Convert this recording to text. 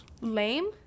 Lame